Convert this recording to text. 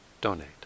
donate